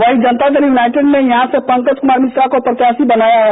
वहीं जनता दल यूनाइटेड ने यहां से पंकज कुमार मिश्रा को प्रत्याशी बनाया है